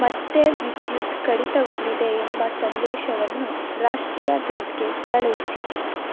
ಮತ್ತೆ ವಿದ್ಯುತ್ ಕಡಿತಗೊಂಡಿದೆ ಎಂಬ ಸಂದೇಶವನ್ನು ರಾಷ್ಟ್ರೀಯ ಗ್ರಿಡ್ಗೆ ಕಳುಹಿಸಿ